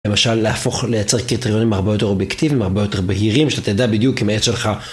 למשל, להפוך, לייצר קריטריונים הרבה יותר אובייקטיביים, הרבה יותר בהירים, שאתה תדע בדיוק אם העת שלך